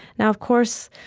now of course,